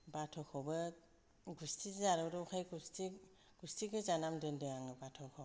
बाथ'खौबो गुस्थि जारौरौखाय गुस्थि गोजा नाम दोनदों आङो बाथ'खौ